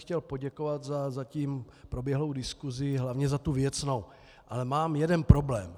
Chtěl bych poděkovat za zatím proběhlou diskusi, hlavně za tu věcnou, ale mám jeden problém.